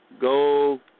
Go